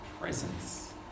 presence